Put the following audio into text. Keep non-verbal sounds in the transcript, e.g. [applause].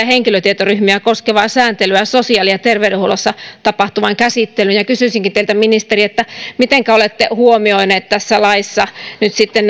[unintelligible] henkilötietoryhmiä koskevaa sääntelyä sosiaali ja terveydenhuollossa tapahtuvaan käsittelyyn ja kysyisinkin teiltä ministeri mitenkä olette huomioineet tässä laissa nyt sitten [unintelligible]